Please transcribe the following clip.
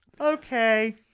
Okay